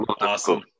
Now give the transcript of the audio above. Awesome